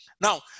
Now